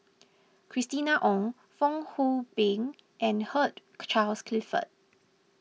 Christina Ong Fong Hoe Beng and Hugh Charles Clifford